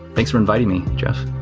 thanks for inviting me, jeff